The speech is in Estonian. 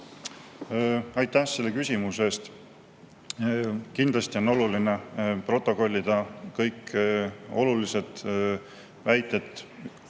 Aitäh selle küsimuse eest! Kindlasti [tuleb] protokollida kõik olulised väited, kui